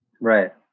Right